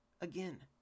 Again